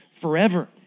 forever